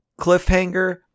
cliffhanger